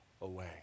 away